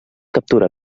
captura